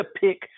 pick